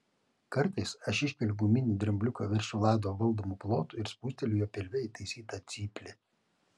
kartais aš iškeliu guminį drambliuką virš vlado valdomų plotų ir spusteliu jo pilve įtaisytą cyplį